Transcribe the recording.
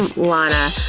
and lana?